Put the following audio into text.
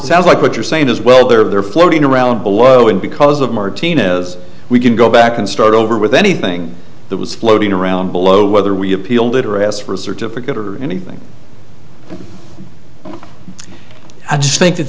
sounds like what you're saying as well they're floating around below it because of martinez we can go back and start over with anything that was floating around below whether we appealed it or asked for a certificate or anything and i just think that